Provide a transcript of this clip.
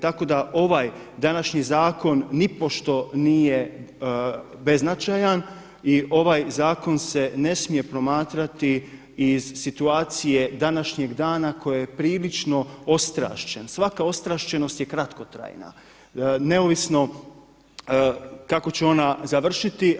Tako da ovaj današnji zakon nipošto nije beznačajan i ovaj zakon se ne smije promatrati iz situacije današnjeg dana koje je prilično ostrašćen, svaka ostrašćenost je kratkotrajna neovisno kako će ona završiti.